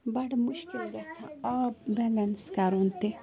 بَڑٕ مُشکِل گژھان آب بیلینٕس کَرٕنۍ تہِ